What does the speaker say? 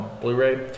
Blu-ray